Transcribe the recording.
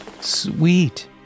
Sweet